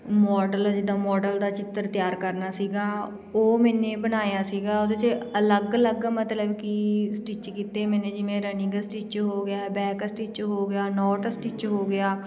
model ਜਿੱਦਾਂ model ਦਾ ਚਿੱਤਰ ਤਿਆਰ ਕਰਨਾ ਸੀਗਾ ਉਹ ਮੈਨੇ ਬਣਾਇਆ ਸੀਗਾ ਉਹਦੇ 'ਚ ਅਲੱਗ ਅਲੱਗ ਮਤਲਬ ਕਿ ਸਟਿਚ ਕੀਤੇ ਮੈਨੇ ਜਿਵੇਂ ਰਨਿੰਗ ਸਟਿਚ ਹੋ ਗਿਆ ਬੈਕ ਸਟਿੱਚ ਹੋ ਗਿਆ ਨੋਟ ਸਟਿੱਚ ਹੋ ਗਿਆ